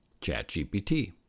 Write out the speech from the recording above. ChatGPT